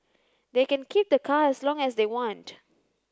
they can keep the car as long as they want